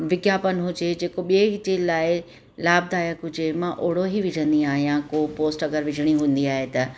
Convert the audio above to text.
विज्ञापन हुजे जेको ॿिएं जे लाइ लाभदायक हुजे मां ओड़ो ई विझंदी आहियां को पोस्ट अगरि विझिणी हूंदी आहे त